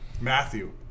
Matthew